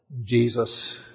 Jesus